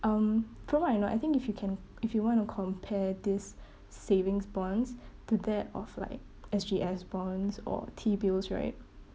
um from what I know I think if you can if you want to compare this savings bonds to that of like S_G_S bonds or T bills right